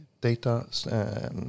data